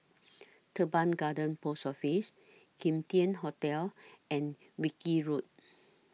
Teban Garden Post Office Kim Tian Hotel and Wilkie Road